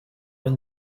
one